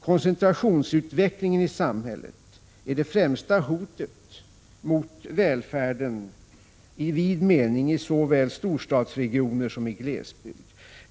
Koncentrationsutvecklingen i samhället är det främsta hotet mot välfärden i vid mening i såväl storstadsregioner som i glesbygd.